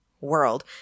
world